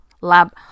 Lab